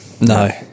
No